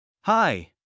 Hi